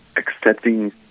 accepting